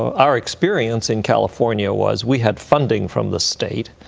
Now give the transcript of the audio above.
our experience in california was, we had funding from the state.